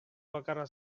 bakarra